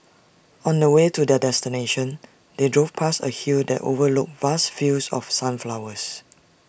on the way to their destination they drove past A hill that overlooked vast fields of sunflowers